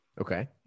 Okay